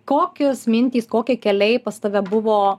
kokios mintys kokie keliai pas tave buvo